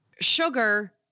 sugar